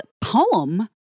poem